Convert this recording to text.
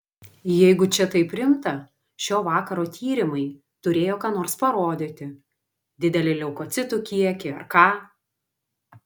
jeigu čia taip rimta šio vakaro tyrimai turėjo ką nors parodyti didelį leukocitų kiekį ar ką